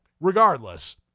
regardless